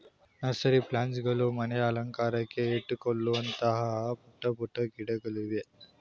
nursery plants ಗಳು ಮನೆ ಅಲಂಕಾರಕ್ಕೆ ಇಟ್ಟುಕೊಳ್ಳುವಂತಹ ಪುಟ್ಟ ಪುಟ್ಟ ಗಿಡಗಳಿವೆ